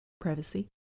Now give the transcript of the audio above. privacy